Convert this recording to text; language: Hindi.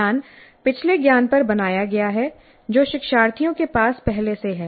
ज्ञान पिछले ज्ञान पर बनाया गया है जो शिक्षार्थियों के पास पहले से है